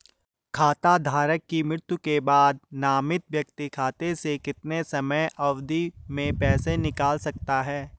खाता धारक की मृत्यु के बाद नामित व्यक्ति खाते से कितने समयावधि में पैसे निकाल सकता है?